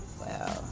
Wow